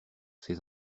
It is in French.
ces